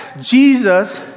Jesus